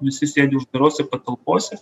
visi sėdi uždarose patalpose